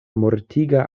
mortiga